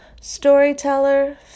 storyteller